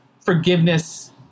forgiveness